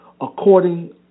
according